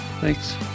Thanks